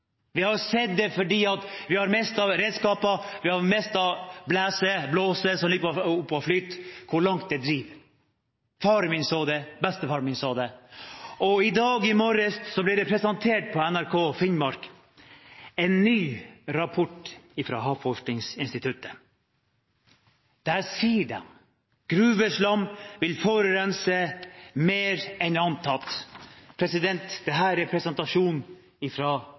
Vi har sett hvor langt det driver fordi vi har mistet redskaper, vi har mistet blåser som ligger oppe og flyter. Faren min så det, bestefaren min så det, og i morges ble det på NRK Finnmark presentert en ny rapport fra Havforskningsinstituttet. Der sier de: «Gruveslam vil forurense mer enn antatt.» Det er presentasjonen fra NRK Troms og Finnmark i dag! Det er